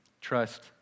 Trust